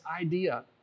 idea